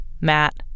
Matt